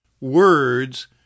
Words